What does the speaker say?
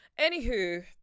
Anywho